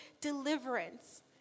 deliverance